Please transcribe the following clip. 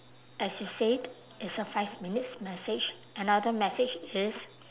as you said it's a five minutes message another message is